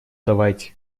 давайте